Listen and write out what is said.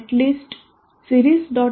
netlist series